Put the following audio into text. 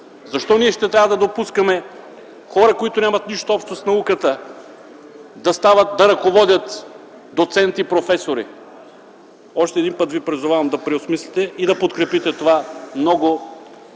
Защо ще трябва да допускаме хора, нямащи нищо общо с науката, да ръководят доценти и професори?! Още един път ви призовавам да преосмислите и подкрепите това много